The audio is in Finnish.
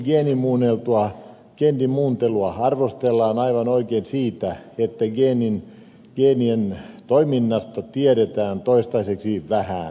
mielestäni geenimuuntelua arvostellaan aivan oikein siitä että geenien toiminnasta tiedetään toistaiseksi vähän